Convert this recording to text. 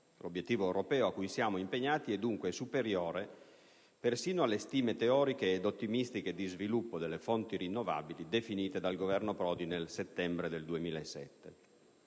L'obiettivo europeo a cui siamo impegnati è dunque superiore persino alle stime teoriche e ottimistiche di sviluppo delle fonti rinnovabili definite dal Governo Prodi nel settembre 2007.